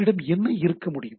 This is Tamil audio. என்னிடம் என்ன இருக்க முடியும்